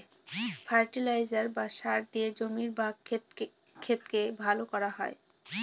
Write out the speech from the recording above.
fertiliser বা সার দিয়ে জমির বা ক্ষেতকে ভালো করা হয়